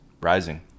rising